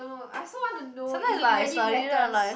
no I also want to know